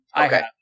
Okay